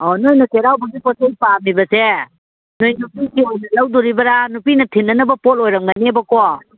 ꯑꯧ ꯅꯣꯏꯅ ꯆꯩꯔꯥꯎꯕꯒꯤ ꯄꯣꯠ ꯆꯩ ꯄꯥꯝꯃꯤꯕꯁꯦ ꯅꯣꯏ ꯂꯧꯗꯣꯔꯤꯕꯔꯥ ꯅꯨꯄꯤꯅ ꯊꯤꯟꯅꯅꯕ ꯄꯣꯠ ꯑꯣꯏꯔꯝꯒꯅꯦꯕꯀꯣ